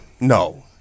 no